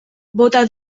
bota